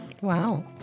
Wow